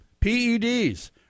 peds